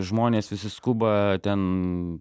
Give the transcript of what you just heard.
žmonės visi skuba ten